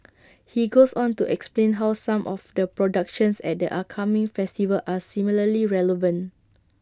he goes on to explain how some of the productions at the upcoming festival are similarly relevant